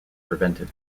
prevented